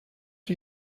are